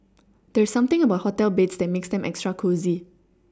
there's something about hotel beds that makes them extra cosy